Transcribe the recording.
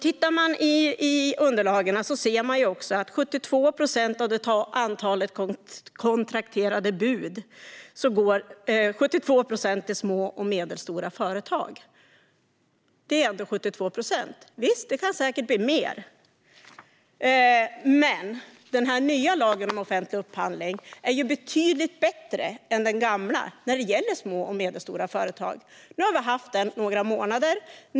Tittar man i underlagen ser man också att av det totala antalet kontrakterade bud går 72 procent till små och medelstora företag. Det är ändå 72 procent. Visst, det kan säkert bli mer. Men den nya lagen om offentlig upphandling är ju betydligt bättre än den gamla när det gäller små och medelstora företag. Nu har vi haft den i några månader.